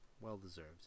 Well-deserved